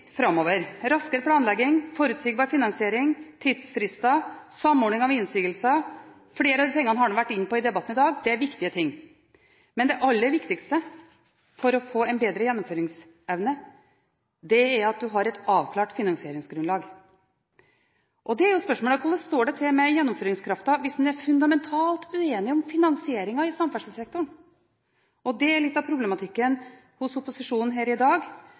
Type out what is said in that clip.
framover – raskere planlegging, forutsigbar finansiering, tidsfrister og samordning av innsigelser. Flere av de tingene har en vært inne på i debatten i dag, og det er viktige ting, men det aller viktigste for å få en bedre gjennomføringsevne, er at en har et avklart finansieringsgrunnlag. Og det er spørsmålet: Hvordan står det til med gjennomføringskraften hvis en er fundamentalt uenig om finansieringen i samferdselssektoren? Litt av problematikken hos opposisjonspartiene her i dag,